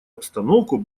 обстановку